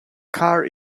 car